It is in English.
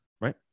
right